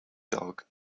dog